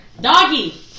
Doggy